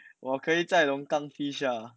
我可以在龙岗地下